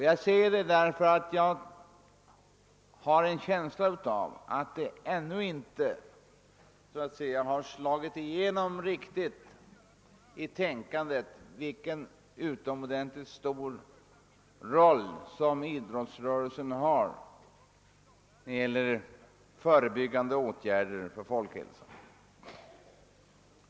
Jag säger det därför att jag har en känsla av att det ännu inte har riktigt slagit igenom i allmänna medvetandet vilken utomordentligt stor roll idrottsrörelsen spelar när det gäller förebyggande åtgärder för folkhälsan.